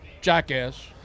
jackass